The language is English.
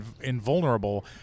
invulnerable